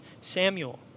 Samuel